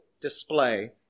display